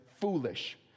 foolish